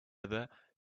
other